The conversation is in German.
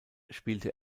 spielte